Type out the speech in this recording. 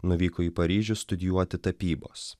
nuvyko į paryžių studijuoti tapybos